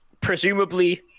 Presumably